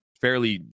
fairly